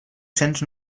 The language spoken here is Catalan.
cents